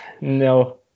No